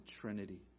Trinity